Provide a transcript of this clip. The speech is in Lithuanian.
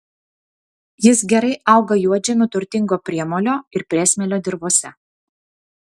jis gerai auga juodžemiu turtingo priemolio ir priesmėlio dirvose